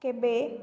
କେବେ